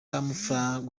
camouflage